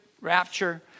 rapture